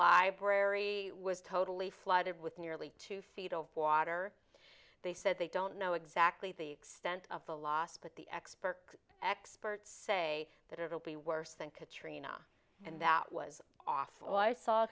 library was totally flooded with nearly two feet of water they said they don't know exactly the extent of the loss but the expert experts say that it will be worse than katrina and that was awful i saw